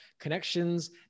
Connections